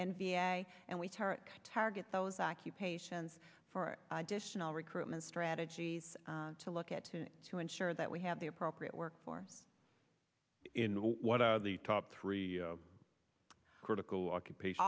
a and we target those occupations for additional recruitment strategies to look at to ensure that we have the appropriate workforce in what are the top three critical occupation